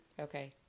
Okay